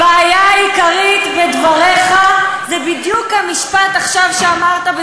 הבעיה העיקרית בדבריך זה בדיוק המשפט שאמרת עכשיו,